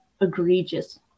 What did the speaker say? egregious